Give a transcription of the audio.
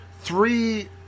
three